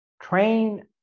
Train